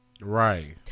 Right